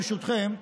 ברשותכם,